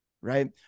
Right